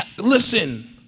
Listen